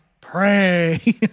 pray